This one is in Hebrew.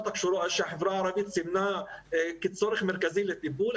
שהחברה הערבית סימנה כצורך מרכזי לטיפול?